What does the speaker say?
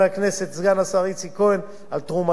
על תרומתך לחקיקה הזאת.